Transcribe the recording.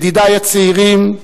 ידידי הצעירים,